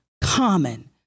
common